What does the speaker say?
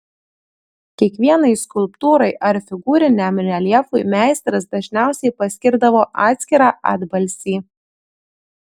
kiekvienai skulptūrai ar figūriniam reljefui meistras dažniausiai paskirdavo atskirą atbalsį